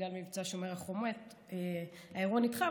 בגלל מבצע שומר החומות האירוע נדחה.